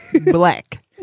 Black